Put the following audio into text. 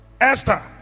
esther